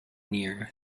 near